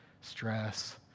stress